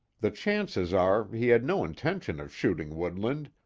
the chances are he had no intention of shooting woodland,